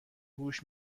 هوش